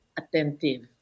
attentive